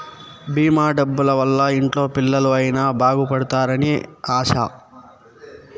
భీమా డబ్బుల వల్ల ఇంట్లో పిల్లలు అయిన బాగుపడుతారు అని ఆశ